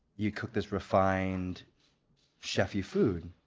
you cooked this refined chef-y food.